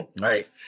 Right